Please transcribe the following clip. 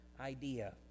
idea